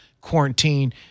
quarantine